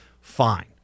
fine